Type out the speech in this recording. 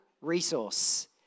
resource